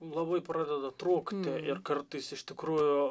labai pradeda trūkti ir kartais iš tikrųjų